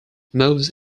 moves